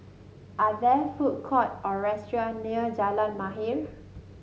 are there food court or restaurant near Jalan Mahir